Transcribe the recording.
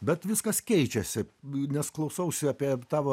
bet viskas keičiasi nes klausausi apie tavo